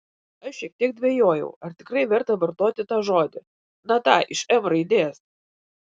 aš šiek tiek dvejojau ar tikrai verta vartoti tą žodį na tą iš m raidės